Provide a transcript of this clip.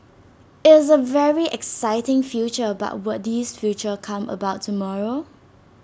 it's A very exciting future but will this future come about tomorrow